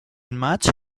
match